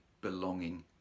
belonging